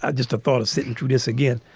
ah just the thought of sitting through this again.